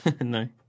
No